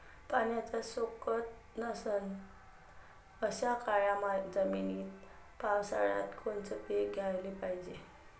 पाण्याचा सोकत नसन अशा काळ्या जमिनीत पावसाळ्यात कोनचं पीक घ्याले पायजे?